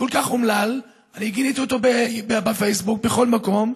כל כך אומלל, אני גיניתי אותו בפייסבוק בכל מקום,